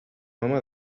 home